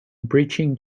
breaching